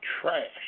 trash